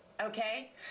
Okay